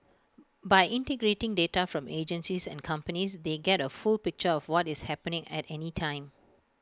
by integrating data from agencies and companies they get A full picture of what is happening at any time